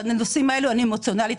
בנושאים האלו אני אמוציונאלית.